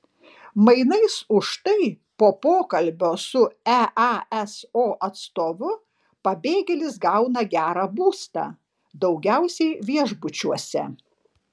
mainais už tai po pokalbio su easo atstovu pabėgėlis gauna gerą būstą daugiausiai viešbučiuose